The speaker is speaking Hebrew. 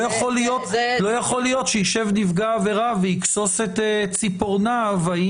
לא יכול להיות שישב נפגע עבירה ויכסוס את ציפורניו אם